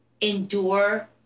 endure